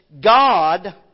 God